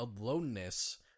Aloneness